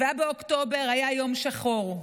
7 באוקטובר היה יום שחור.